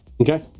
Okay